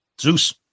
Zeus